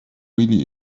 really